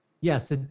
Yes